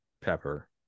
Pepper